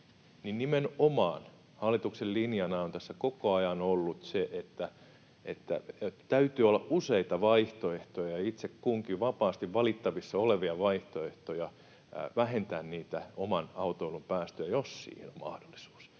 Nimenomaan hallituksen linjana on tässä koko ajan ollut, että täytyy olla useita vaihtoehtoja, itse kunkin vapaasti valittavissa olevia vaihtoehtoja, vähentää oman autoilun päästöjä, jos siihen on mahdollisuus.